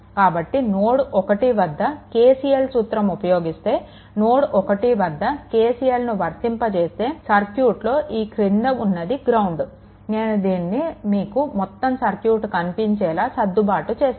కాబట్టి నోడ్1 వద్ద KCL సూత్రం ఉపయోగిస్తే నోడ్1 వద్ద KCLను వర్తింపజేస్తే సర్క్యూట్లో ఈ క్రింద ఉన్నది గ్రౌండ్ నేను దీనిని మీకు మొత్తం సర్క్యూట్ కనిపించేలా సర్దుబాటు చేస్తాను